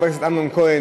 את חבר הכנסת אמנון כהן,